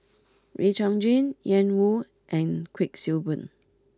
Wee Chong Jin Ian Woo and Kuik Swee Boon